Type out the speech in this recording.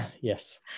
Yes